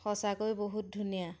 সঁচাকৈ বহুত ধুনীয়া